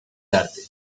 arte